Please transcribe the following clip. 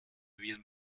viren